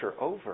over